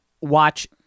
watch